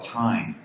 time